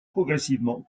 progressivement